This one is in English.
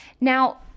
now